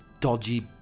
dodgy